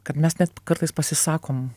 kad mes net kartais pasisakom